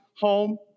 home